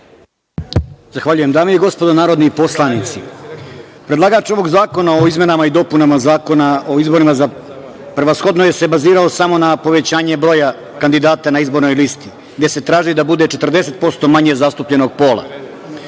Zahvaljujem. Dame i gospodo narodni poslanici, predlagač ovog Zakona o izmenama i dopunama Zakona o izborima prevashodno se bazirao samo na povećanje broja kandidata na izbornoj listi gde se traži da bude 40% manje zastupljenog pola. Po